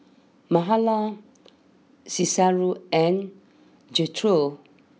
Mahala Cicero and Gertrude